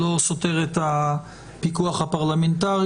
זה לא סותר את הפיקוח הפרלמנטרי,